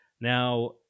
Now